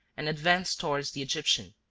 and advanced towards the egyptian,